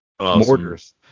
mortars